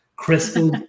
Crystal